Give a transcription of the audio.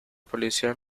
policial